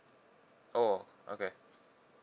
oh okay